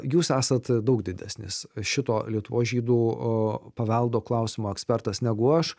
jūs esat daug didesnis šito lietuvos žydų paveldo klausimo ekspertas negu aš